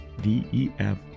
D-E-F